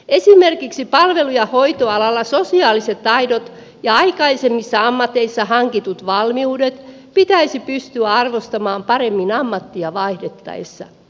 esimerkiksi palvelu ja hoitoalalla sosiaaliset taidot ja aikaisemmissa ammateissa hankitut valmiudet pitäisi pystyä arvottamaan paremmin ammattia vaihdettaessa